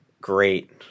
great